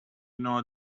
know